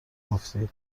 گفتی